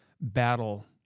battle